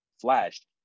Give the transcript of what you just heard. flashed